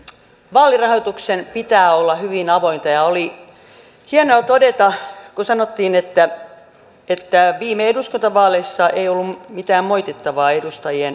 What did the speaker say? vaalirahoituksen pitää olla hyvin avointa ja oli hienoa kun sanottiin että viime eduskuntavaaleissa ei ollut mitään moitittavaa edustajien vaalirahoitusilmoituksissa